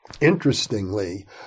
Interestingly